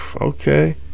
okay